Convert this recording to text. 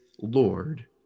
Lord